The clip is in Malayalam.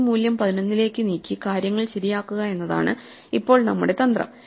ഈ മൂല്യം 11 ലേക്ക് നീക്കി കാര്യങ്ങൾ ശരിയാക്കുക എന്നതാണ് ഇപ്പോൾ നമ്മുടെ തന്ത്രം